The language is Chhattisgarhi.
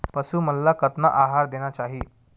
पशु मन ला कतना आहार देना चाही?